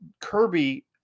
Kirby